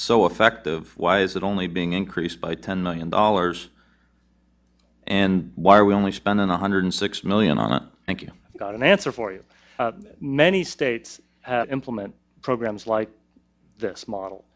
so effective why is it only being increased by ten million dollars and why are we only spending one hundred six million on thank you got an answer for you many states implement programs like this model